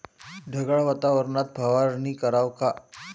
ढगाळ वातावरनात फवारनी कराव का?